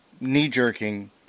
knee-jerking